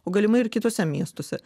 o galimai ir kituose miestuose